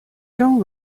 don’t